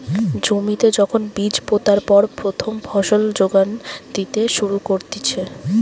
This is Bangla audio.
জমিতে যখন বীজ পোতার পর প্রথম ফসল যোগান দিতে শুরু করতিছে